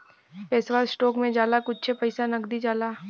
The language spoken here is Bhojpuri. पैसवा स्टोक मे जाला कुच्छे पइसा नगदी जाला